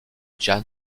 jan